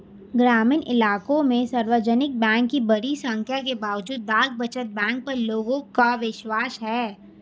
ग्रामीण इलाकों में सार्वजनिक बैंक की बड़ी संख्या के बावजूद डाक बचत बैंक पर लोगों का विश्वास है